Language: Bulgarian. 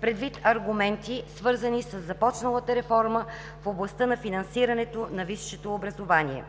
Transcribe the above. предвид аргументи, свързани със започналата реформа в областта на финансирането на висшето образование.